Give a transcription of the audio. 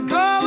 go